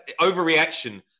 overreaction